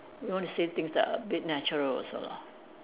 you want to say things like a bit natural also lah